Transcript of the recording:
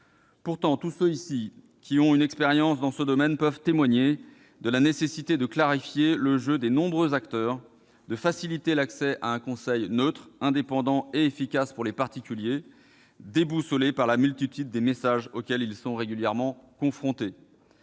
Pourtant, tous ceux qui ont une expérience dans ce domaine peuvent témoigner de la nécessité de clarifier le jeu des nombreux acteurs, de faciliter l'accès à un conseil neutre, indépendant et efficace pour les particuliers, déboussolés par la multitude des messages auxquels ils sont régulièrement confrontés.